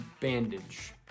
bandage